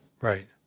right